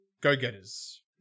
Go-getters